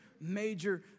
major